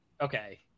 okay